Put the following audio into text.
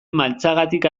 maltzagatik